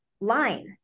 line